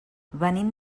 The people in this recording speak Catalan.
venim